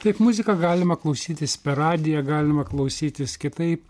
taip muziką galima klausytis per radiją galima klausytis kitaip